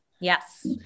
Yes